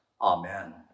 Amen